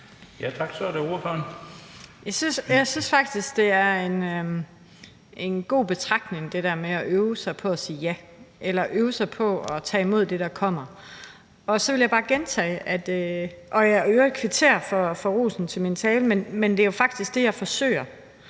Jeg synes faktisk, at det er en god betragtning, altså det der med at øve sig på at sige ja eller øve sig på at tage imod det, der kommer. Og så vil jeg i øvrigt kvittere for rosen til min tale. Men det er jo faktisk det, jeg forsøger